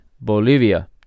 Bolivia